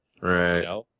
Right